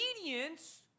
obedience